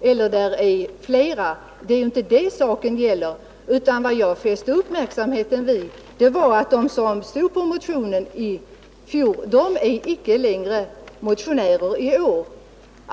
eller flera undertecknare — det är ju inte det saken gäller. Vad jag fäste uppmärksamheten på var att de som hade varit med och undertecknat motionen i fjol icke är motionärer i år.